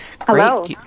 Hello